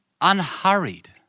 unhurried